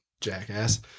jackass